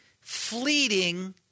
fleeting